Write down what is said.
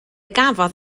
gafodd